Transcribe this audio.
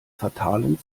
fatalen